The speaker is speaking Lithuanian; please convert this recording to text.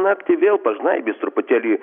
naktį vėl pažnaibys truputėlį